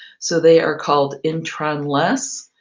so they are called intronless.